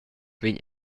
vegn